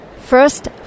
First